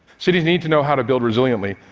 cities need to know how to build resiliently,